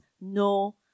no